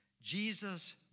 Jesus